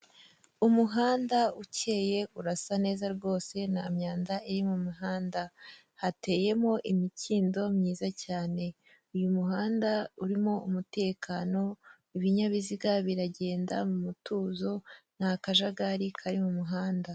Umuhanda ukeye urasa neza rwose nta myanda iri mu mihanda, hateyemo imikindo myiza cyane. Uyu muhanda urimo umutekano, ibinyabiziga biragenda mu mutuzo, nta kajagari kari mu muhanda.